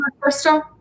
crystal